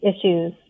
issues